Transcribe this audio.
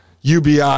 UBI